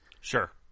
Sure